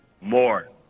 More